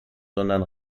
sondern